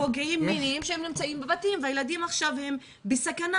והילדים עכשיו הם בסכנה.